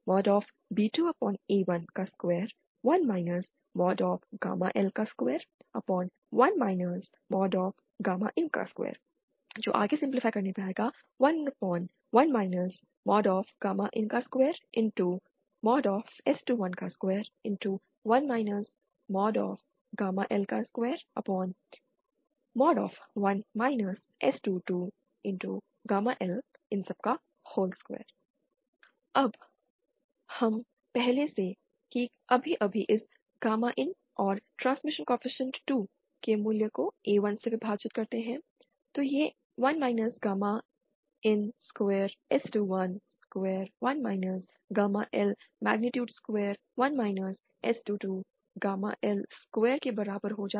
GPb2a121 L21 in2 11 in2S2121 L21 S22L2 अब हम पहले से ही अभी अभी इस गामा इन और ट्रांसमिशन कॉएफिशिएंट 2 के मूल्य को A1 से विभाजित करते हैं तो यह 1 gamma in square S21 square 1 gamma L magnitude square 1 S 22 gamma L square के बराबर हो जाता है